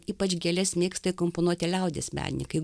ypač gėles mėgsta įkomponuoti liaudies menininkai